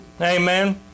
amen